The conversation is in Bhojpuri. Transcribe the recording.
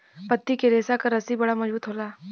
पत्ती के रेशा क रस्सी बड़ा मजबूत होला